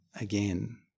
again